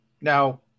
Now